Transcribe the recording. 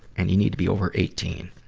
and you need to be over eighteen.